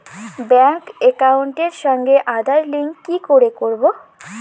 Bank একাউন্টের সঙ্গে Aadhaar link কি করে করবো?